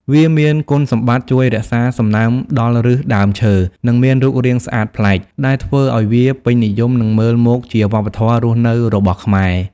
វាមានគុណសម្បត្តិជួយរក្សាសំណើមដល់ឫសដើមឈើ និងមានរូបរាងស្អាតប្លែក ដែលធ្វើឱ្យវាពេញនិយមនិងមើលមកជាវប្បធម៌រស់នៅរបស់ខ្មែរ។